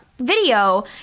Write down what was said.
video